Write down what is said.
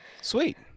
Sweet